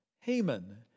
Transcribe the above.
Haman